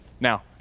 Now